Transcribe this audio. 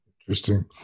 Interesting